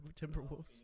Timberwolves